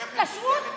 כשרות?